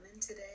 today